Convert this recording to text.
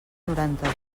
noranta